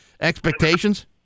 expectations